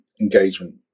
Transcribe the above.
engagement